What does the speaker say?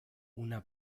una